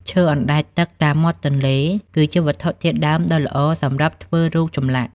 ឈើអណ្តែតទឹកតាមមាត់ទន្លេ គឺជាវត្ថុធាតុដើមដ៏ល្អសម្រាប់ធ្វើរូបចម្លាក់។